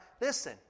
Listen